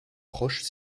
proches